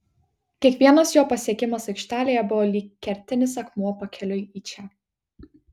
kiekvienas jo pasiekimas aikštelėje buvo lyg kertinis akmuo pakeliui į čia